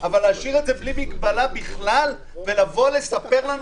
אבל להשאיר את זה בלי מגבלה בכלל ולספר לנו